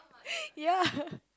ya